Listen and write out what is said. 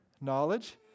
knowledge